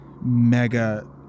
mega